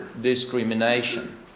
discrimination